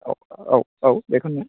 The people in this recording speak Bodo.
औ औ औ बेखौनो